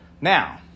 Now